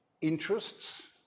interests